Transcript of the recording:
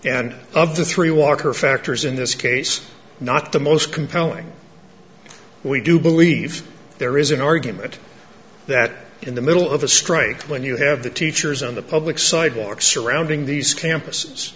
and of the three water factors in this case not the most compelling we do believe there is an argument that in the middle of a strike when you have the teachers on the public sidewalk surrounding these campuses